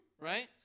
right